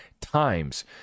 times